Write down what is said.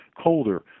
colder